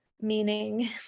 meaning